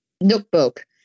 notebook